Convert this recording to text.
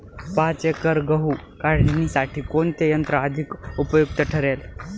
पाच एकर गहू काढणीसाठी कोणते यंत्र अधिक उपयुक्त ठरेल?